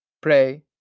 pray